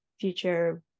future